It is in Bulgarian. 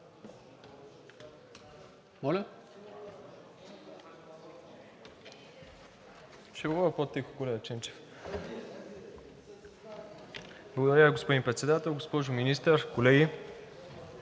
Благодаря, господин Председател. Госпожо Министър, госпожо